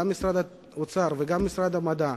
גם משרד האוצר וגם משרד המדע.